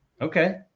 Okay